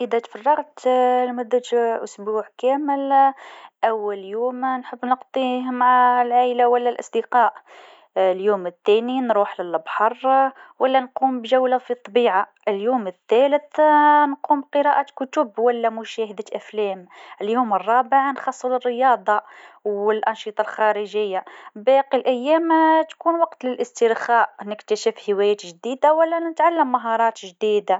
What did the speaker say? إذا عندي أسبوع كامل، نحب نخصص كل يوم. يوم للأصدقاء، يوم للقراءة، ويوم للراحة في الطبيعة، ونحب نكتشف أماكن جديدة. زادة، يوم للطبخ وتجربة وصفات جديدة. يكون أسبوع مليء بالنشاطات الممتعة!